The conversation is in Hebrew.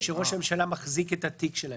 שראש הממשלה מחזיק את התיק שלהם?